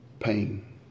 pain